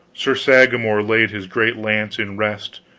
sir sagramor laid his great lance in rest,